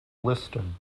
listing